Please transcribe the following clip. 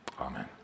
amen